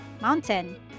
mountain